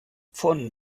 von